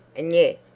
and yet,